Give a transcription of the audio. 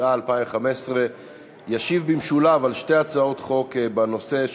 התשע"ה 2015. ישיב במשולב על שתי הצעות חוק בנושא,